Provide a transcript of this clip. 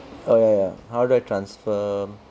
oh ya ya how do I transfer